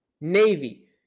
Navy